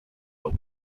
but